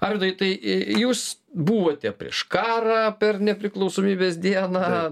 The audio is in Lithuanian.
arvydai tai jūs buvote prieš karą per nepriklausomybės dieną